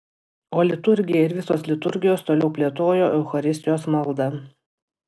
o liturgija ir visos liturgijos toliau plėtojo eucharistijos maldą